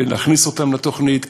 כדי להכניס אותם לתוכנית,